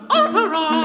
opera